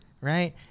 Right